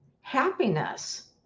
happiness